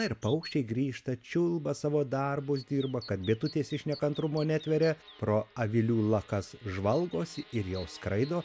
na ir paukščiai grįžta čiulba savo darbus dirba kad bitutės iš nekantrumo netveria pro avilių lakas žvalgosi ir jau skraido